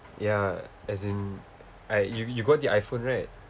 ya as in I you you got the iphone right